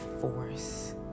force